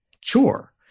chore